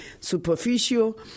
superficial